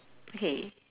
okay